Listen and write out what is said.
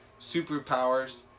superpowers